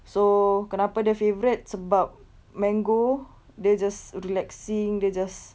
so kenapa dia favourite sebab mango they're just relaxing they just